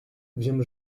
wiem